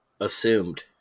assumed